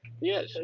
Yes